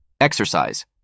Exercise